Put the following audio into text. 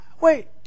Wait